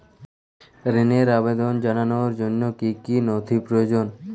ঋনের আবেদন জানানোর জন্য কী কী নথি প্রয়োজন?